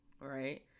right